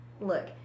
Look